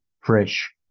fresh